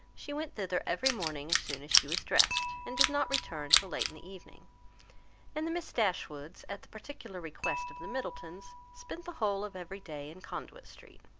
she went thither every morning as soon as she was dressed, and did not return till late in the evening and the miss dashwoods, at the particular request of the middletons, spent the whole of every day in conduit street.